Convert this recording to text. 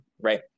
right